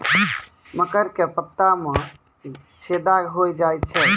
मकर के पत्ता मां छेदा हो जाए छै?